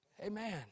Amen